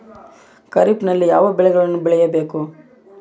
ಖಾರೇಫ್ ನಲ್ಲಿ ಯಾವ ಬೆಳೆಗಳನ್ನು ಬೆಳಿಬೇಕು?